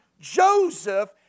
Joseph